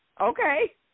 okay